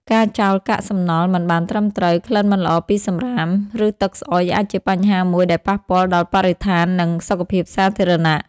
ការចោលកាកសំណល់មិនបានត្រឹមត្រូវ ក្លិនមិនល្អពីសំរាម ឬទឹកស្អុយអាចជាបញ្ហាមួយដែលប៉ះពាល់ដល់បរិស្ថាន និងសុខភាពសាធារណៈ។